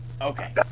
Okay